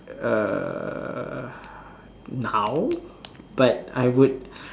err now but I would